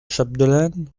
chapdelaine